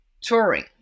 touring